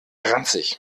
ranzig